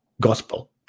gospel